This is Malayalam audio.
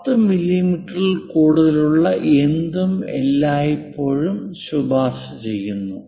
10 മില്ലിമീറ്ററിൽ കൂടുതലുള്ള എന്തും എല്ലായ്പ്പോഴും ശുപാർശ ചെയ്യുന്നു